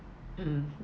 mm